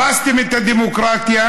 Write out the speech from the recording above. הרסתם את הדמוקרטיה,